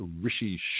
Rishi